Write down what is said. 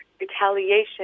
retaliation